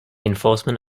enforcement